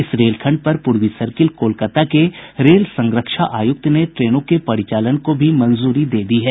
इस रेलखंड पर पूर्वी सर्किल कोलकाता के रेल संरक्षा आयुक्त ने ट्रेनों के परिचालन को भी मंजूरी दे दी है